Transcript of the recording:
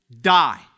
die